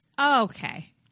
Okay